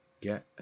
Get